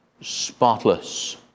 spotless